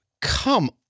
come